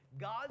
God